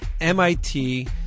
MIT